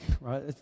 right